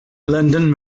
london